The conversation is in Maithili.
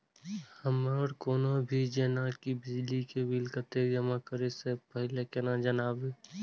हमर कोनो भी जेना की बिजली के बिल कतैक जमा करे से पहीले केना जानबै?